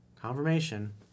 confirmation